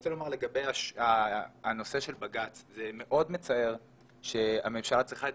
לגבי בג"ץ זה מאוד מצער שהממשלה צריכה את